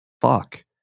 fuck